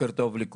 בוקר טוב לכולם.